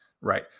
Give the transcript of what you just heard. right